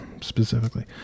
specifically